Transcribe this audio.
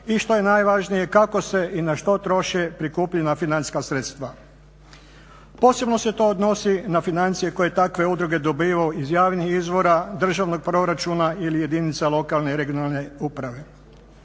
i što je najvažnije kako se i na što troše prikupljena financijska sredstva. Posebno se to odnosi na financije koje takve udruge dobivaju iz javnih izvora, državnog proračuna ili jedinica lokalne i regionalne uprave.